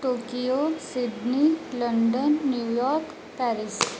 Tokyo Sydney London New York Paris